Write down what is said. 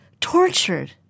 tortured